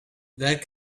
that